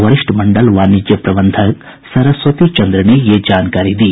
वरिष्ठ मंडल वाणिज्य प्रबंधक सरस्वती चन्द्र ने यह जानकारी दी